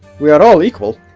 we are all equal.